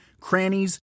crannies